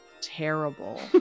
terrible